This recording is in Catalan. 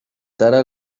tara